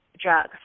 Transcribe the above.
drug